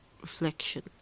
reflection